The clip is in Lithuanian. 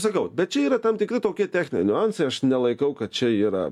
sakau bet čia yra tam tikri tokie techniniai niuansai aš nelaikau kad čia yra